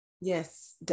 Yes